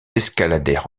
escaladèrent